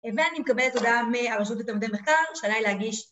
‫ואני מקבלת הודעה מהרשות ‫של תלמידי מחקר, שעליי להגיש